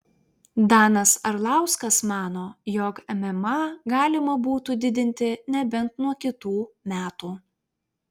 danas arlauskas mano jog mma galima būtų didinti nebent nuo kitų metų